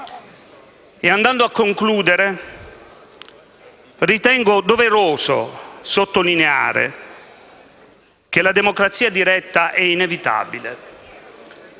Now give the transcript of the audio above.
alla conclusione, ritengo doveroso sottolineare che la democrazia diretta è inevitabile.